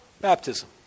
baptism